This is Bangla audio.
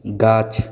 গাছ